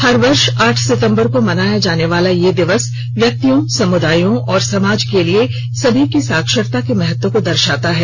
हर वर्ष आठ सितम्बर को मनाया जाने वाला यह दिवस व्यक्तियों समुदायों और समाज के लिए सभी की साक्षरता के महत्व को दर्शाता है